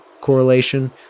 correlation –